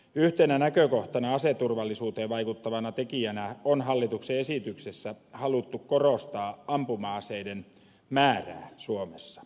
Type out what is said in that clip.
yhtenä näkökohtana aseturvallisuuteen vaikuttavana tekijänä on hallituksen esityksessä haluttu korostaa ampuma aseiden määrää suomessa